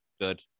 good